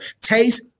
taste